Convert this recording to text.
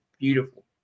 beautiful